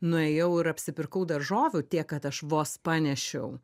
nuėjau ir apsipirkau daržovių tiek kad aš vos panešiau